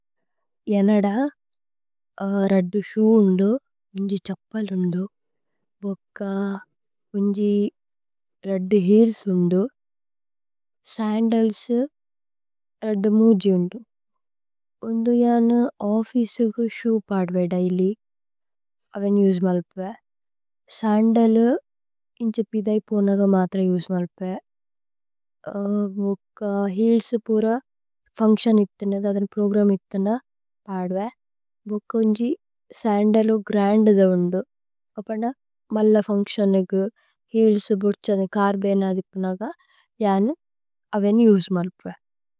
യേനദ രദ്ദു ശു ഉന്ദു ഉന്ജി ഛപ്പല് ഉന്ദു। ഉക്ക ഉന്ജി രദ്ദു ഉന്ദു। സന്ദല്സു രദ്ദു മുജി ഉന്ദു ഉന്ദു യന ഓഫ്ഫിചേഗു। ശു പദ്വേ ദൈലി അവേനി ഉജ്മല്പേ സന്ദലു ഇന്ഛേ। പിഥൈ പോനഗ മത്ര ഉജ്മല്പേ ഉക്ക ഹീല്സു। പുര ഫുന്ക്സിഓന് ഇത്തേനേ ദദന് പ്രോഗ്രമ് ഇത്തേനേ। പദ്വേ ഉക്ക ഉന്ജി സന്ദലു ഗ്രന്ദു ദ ഉന്ദു। ഉപ്പന മല്ല ഫുന്ക്സിഓന് ഉഗു ഹീല്സു ബുദ്ഛ। കര്ബേന ദിപ്നഗ യന അവേനി ഉജ്മല്പേ।